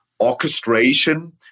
orchestration